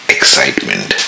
excitement